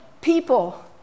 people